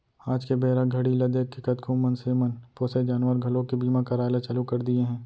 आज के बेरा घड़ी ल देखके कतको मनसे मन पोसे जानवर घलोक के बीमा कराय ल चालू कर दिये हें